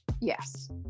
Yes